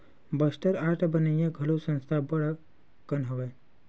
Bastar art बनइया घलो संस्था अब्बड़ कन हवय